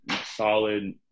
solid